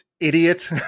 idiot